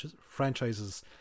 franchises